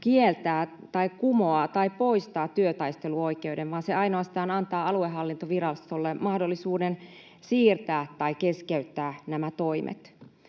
kieltää tai kumoaa tai poistaa työtaisteluoikeuden, vaan se ainoastaan antaa aluehallintovirastolle mahdollisuuden siirtää tai keskeyttää nämä toimet.